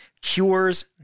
cures